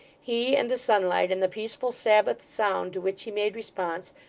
he, and the sunlight, and the peaceful sabbath sound to which he made response,